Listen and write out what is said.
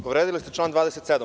Povredili ste član 27.